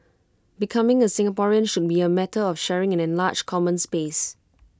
becoming A Singaporean should be A matter of sharing an enlarged common space